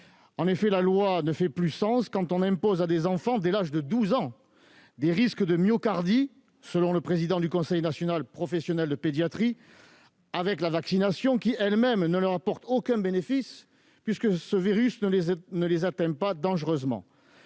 En effet, la loi ne fait plus sens quand on expose des enfants de 12 ans à des risques de myocardie, selon le président du Conseil national professionnel de pédiatrie, avec la vaccination, qui, elle-même ne leur apporte aucun bénéfice puisque ce virus ne les atteint pas dangereusement.